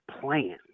plan